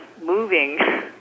moving